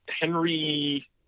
Henry